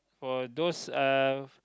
for those uh